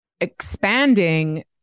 expanding